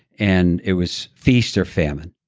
and it was feast or famine.